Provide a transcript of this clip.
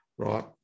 right